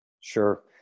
sure